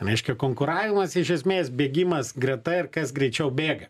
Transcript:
reiškia konkuravimas iš esmės bėgimas greta ir kas greičiau bėga